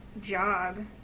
job